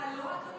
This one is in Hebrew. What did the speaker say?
אה, לא?